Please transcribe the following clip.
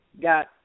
got